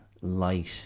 light